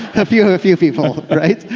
ah few ah few people. right?